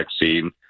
vaccine